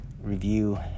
review